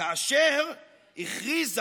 כאשר הכריזה,